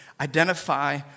identify